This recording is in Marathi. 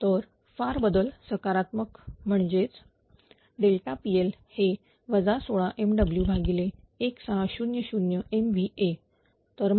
तर फार बदल सकारात्मक म्हणजेच PL हे 16 MW भागिले 1600 MVA